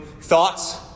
thoughts